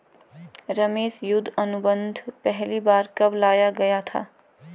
रमेश युद्ध अनुबंध पहली बार कब लाया गया था?